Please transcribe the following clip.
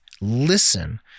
listen